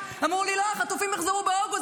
אמרו לי: לא, החטופים יחזרו באוגוסט.